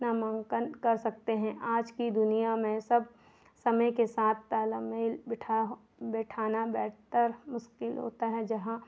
नामांकन कर सकते हैं आज की दुनिया में सब समय के साथ ताल मेल बिठा हो बिठाना बेहतर मुश्किल होता है जहाँ